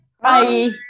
bye